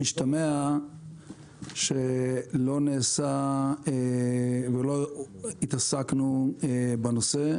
משתמע שלא נעשה ולא התעסקנו בנושא.